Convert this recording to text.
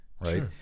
right